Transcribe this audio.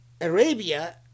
Arabia